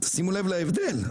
תשימו לב להבדל.